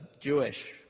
Jewish